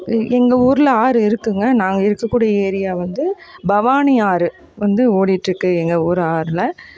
எங்கள் ஊரில் ஆறு இருக்குதுங்க நாங்கள் இருக்கக்கூடிய ஏரியா வந்து பவானி ஆறு வந்து ஓடிகிட்டு எங்கள் ஊர் ஆறில்